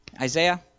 Isaiah